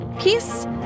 Peace